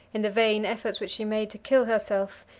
in the vain efforts which she made to kill herself,